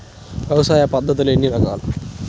వ్యవసాయ పద్ధతులు ఎన్ని రకాలు?